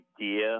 idea